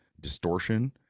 distortion